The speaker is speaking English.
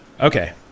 Okay